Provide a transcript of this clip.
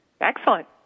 Excellent